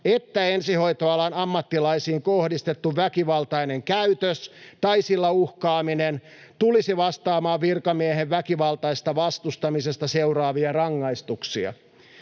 että ensihoitoalan ammattilaisiin kohdistettu väkivaltainen käytös tai sillä uhkaaminen tulisi vastaamaan virkamiehen väkivaltaisesta vastustamisesta seuraavia rangaistuksia.